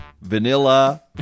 vanilla